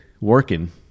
working